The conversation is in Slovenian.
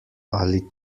ali